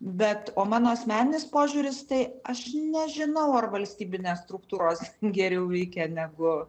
bet o mano asmeninis požiūris tai aš nežinau ar valstybinės struktūros geriau veikia negu